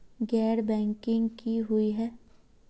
गैर बैंकिंग की हुई है?